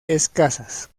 escasas